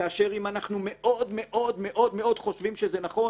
כאשר אם אנחנו מאוד מאוד מאוד מאוד חושבים שזה נכון,